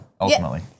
ultimately